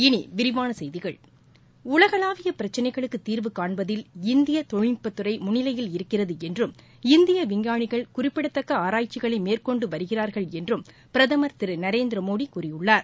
இனி விரிவான செய்திகள் உலகளாவிய பிரச்சினைகளுக்கு தீர்வு காண்பதில் இந்திய தொழில்நுட்பத்துறை முன்னிலையில் இருக்கிறது என்றும் இந்திய விஞ்ஞாளிகள் குறிப்பிடத்தக்க ஆராய்ச்சிகளை மேற்கொண்டு வருகிறா்கள் என்றும் பிரதமர் திரு நரேந்திரமோடி கூறியுள்ளார்